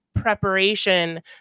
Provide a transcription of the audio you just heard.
Preparation